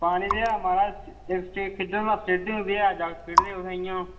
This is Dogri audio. पानी बी ऐ महाराज इक खेढने आह्ला स्टेडियम बी ऐ जागत खेढदे उत्थें इ'यां